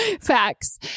facts